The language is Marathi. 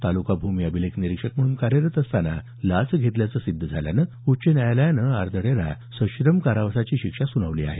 तालुका भूमी अभिलेख निरीक्षक म्हणून कार्यरत असताना लाच घेतल्याचं सिद्ध झाल्यानं उच्च न्यायालयानं आर्दड याना सश्रम कारावासाची शिक्षा सुनावली आहे